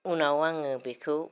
उनाव आङो बेखौ